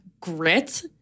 grit